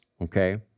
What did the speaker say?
okay